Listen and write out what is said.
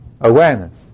awareness